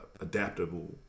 adaptable